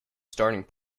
starting